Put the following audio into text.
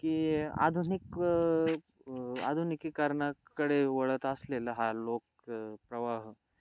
की आधुनिक आधुनिकी करणाकडे वळत असलेला हा लोक प्रवाह